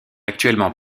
actuellement